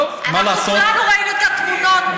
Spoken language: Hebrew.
כנבחר ציבור.